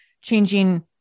changing